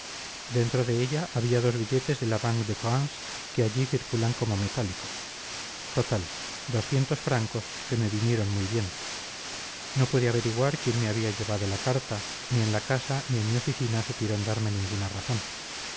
dentro de ella había dos billetes de la banque de france que allí circulan como metálico total doscientos francos que me vinieron muy bien no pude averiguar quién me había llevado la carta ni en la casa ni en mi oficina supieron darme ninguna razón